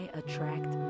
attract